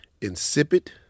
insipid